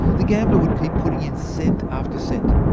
the gambler would keep putting in cent after cent,